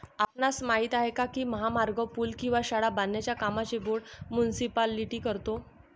आपणास माहित आहे काय की महामार्ग, पूल किंवा शाळा बांधण्याच्या कामांचे बोंड मुनीसिपालिटी करतो?